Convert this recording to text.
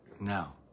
Now